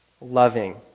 loving